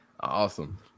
Awesome